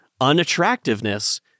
unattractiveness